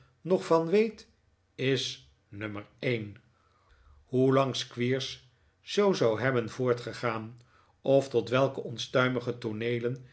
nog van weet is nummer een hoelang squeers zoo zou hebben voortgegaan of tot welke onstuimige tooneelen